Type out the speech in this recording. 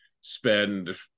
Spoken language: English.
spend